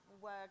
work